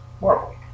Marvel